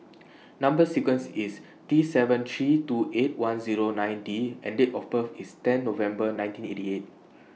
Number sequences IS T seven three two eight one Zero nine D and Date of birth IS tenth November nineteen eighty eight